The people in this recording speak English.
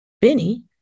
Benny